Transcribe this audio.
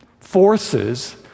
forces